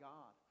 God